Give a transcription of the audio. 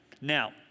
Now